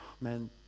man